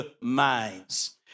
minds